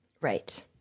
Right